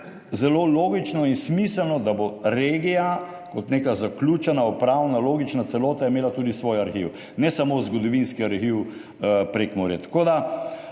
zelo logično in smiselno, da bo regija kot neka zaključena logična upravna celota imela tudi svoj arhiv, ne samo zgodovinski arhiv Prekmurje.